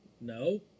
No